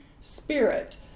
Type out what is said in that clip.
spirit